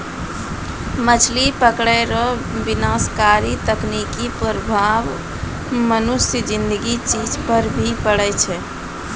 मछली पकड़ै रो विनाशकारी तकनीकी प्रभाव मनुष्य ज़िन्दगी चीज पर भी पड़ै छै